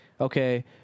okay